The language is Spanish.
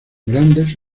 grandes